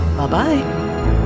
Bye-bye